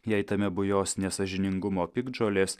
jei tame bujos nesąžiningumo piktžolės